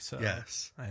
Yes